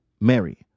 Mary